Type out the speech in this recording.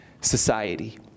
society